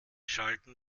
schalten